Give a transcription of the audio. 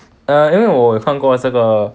err 因为我看过这个